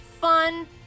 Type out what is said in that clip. fun